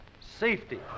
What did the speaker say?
safety